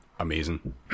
Amazing